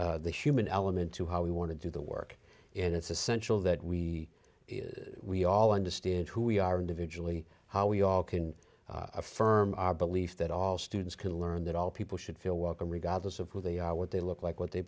a human element to how we want to do the work and it's essential that we we all understand who we are individually how we all can affirm our belief that all students can learn that all people should feel welcome regardless of who they are what they look like what they